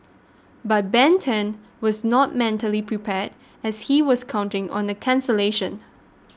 but Ben Tan was not mentally prepared as he was counting on a cancellation